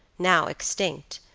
now extinct,